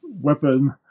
weapon